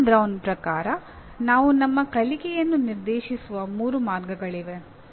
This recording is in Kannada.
ಆನ್ ಬ್ರೌನ್ ಪ್ರಕಾರ ನಾವು ನಮ್ಮ ಕಲಿಕೆಯನ್ನು ನಿರ್ದೇಶಿಸುವ ಮೂರು ಮಾರ್ಗಗಳಿವೆ